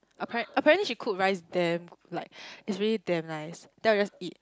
apparent~ apparently she cooks rice damn like it's really damn nice then I'll just eat